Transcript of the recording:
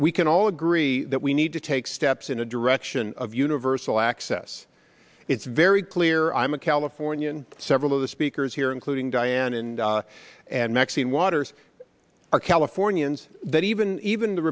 we can all agree that we need to take steps in a direction of universal access it's very clear i'm a californian several of the speakers here including diane and and maxine waters are californians that even even the